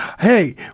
Hey